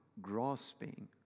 grasping